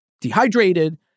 dehydrated